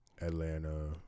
Atlanta